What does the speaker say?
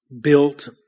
built